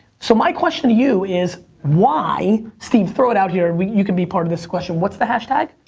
so my question to you is why? steve throw it out here, you can be part of this question, what's the hashtag?